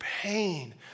pain